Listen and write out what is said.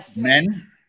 men